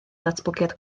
ddatblygiad